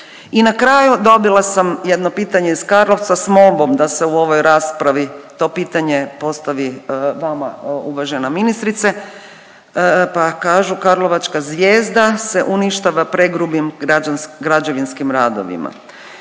I na kraju dobila sam jedno pitanje iz Karlovca s molbom da se u ovoj raspravi to pitanje postavi vama uvažena ministrice. Pa kažu karlovačka Zvijezda se uništava pregrubim građevinskim radovima.